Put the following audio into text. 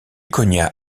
cogna